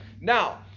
Now